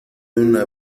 una